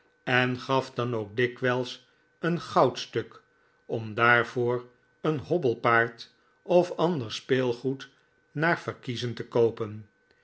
en gaf dan ook dikwijs een goudstuk ora daarvoor een hobbelpaard of ander speelgoed naar verkiezen te koopen